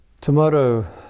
Tomorrow